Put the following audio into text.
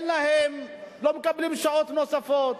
הן לא מקבלות שעות נוספות.